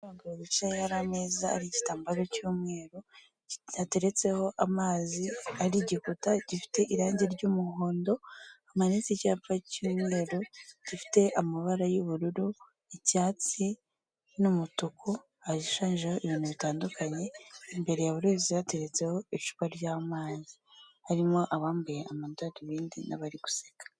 Abantu b'abagabo bicaye hari ameza ari igitambaro cy'umweru cyateretseho amazi ari igikuta gifite irangi ry'umuhondo amanitse icyapa cy'umweru gifite amabara y'ubururu icyatsi n'umutuku ashushanjeho ibintu bitandukanye imbere ya buri wese yateretseho icupa ry'amazi harimo abambaye amadarubindi n'abari guseka.